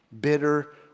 bitter